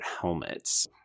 helmets